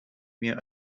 mir